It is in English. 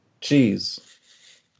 cheese